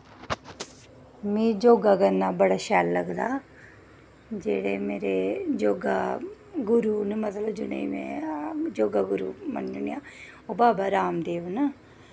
मिगी योगा करना बड़ा शैल लगदा जेह्ड़े मेरे योगा गुरु न मतलब जि'नें गी में योगा गुरु मनन्नी आं ओह् बाबा राम देव न